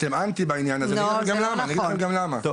אתם אנטי בעניין הזה ואני אגיד לכם גם למה,